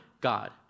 God